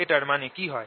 এটার মানে কি হয়